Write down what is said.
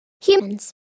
humans